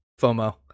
fomo